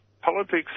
politics